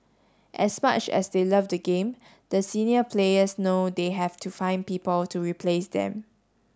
as much as they love the game the senior players know they have to find people to replace them